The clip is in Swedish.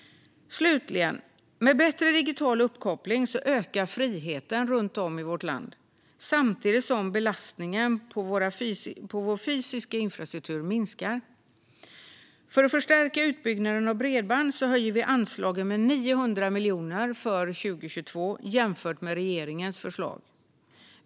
Slutligen: Med bättre digital uppkoppling ökar friheten runt om i vårt land samtidigt som belastningen på vår fysiska infrastruktur minskar. För att förstärka utbyggnaden av bredband höjer vi anslagen med 900 miljoner kronor för 2022 jämfört med regeringens förslag.